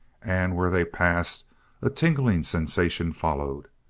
and where they passed a tingling sensation followed,